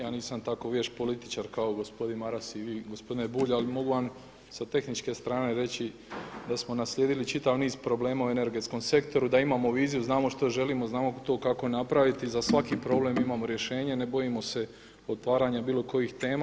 Ja nisam tako vješt političar kao gospodin Maras i vi gospodine Bulj ali mogu vam sa tehničke strane reći da smo naslijedili čitav niz problema u energetskom sektoru, da imamo viziju znamo što želimo, znamo to kako napraviti i za svaki problem imamo rješenje, ne bojimo se otvaranja bilo kojih tema.